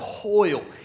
toil